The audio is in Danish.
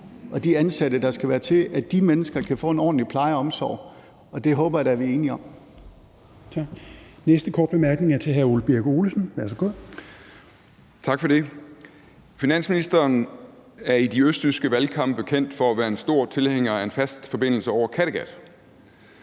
og de ansatte, der skal være, så de mennesker kan få en ordentlig pleje og omsorg, og det håber jeg da vi er enige om.